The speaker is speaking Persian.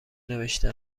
نوشته